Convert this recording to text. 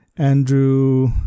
Andrew